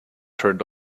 turned